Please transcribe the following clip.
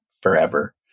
forever